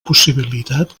possibilitat